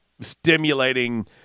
stimulating